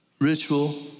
ritual